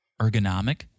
ergonomic